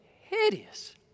hideous